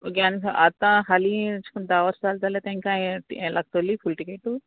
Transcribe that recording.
okay आनी आतां हालीं एशकोन्न धा वोर्सां जालें जाल्यार तेंकां हें लागतोली फूल टिकेटू